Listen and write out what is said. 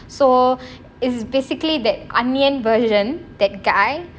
so it's basically that anniyan version that guy